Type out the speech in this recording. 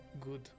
good